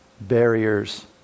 barriers